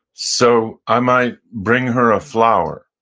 so i might bring her a flower